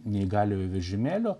neįgaliojo vežimėlio